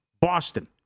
Boston